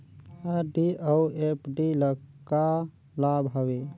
RD अऊ FD ल का लाभ हवे?